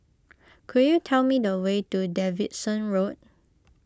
could you tell me the way to Davidson Road